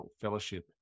fellowship